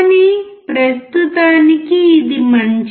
కానీ ప్రస్తుతానికి ఇది మంచిది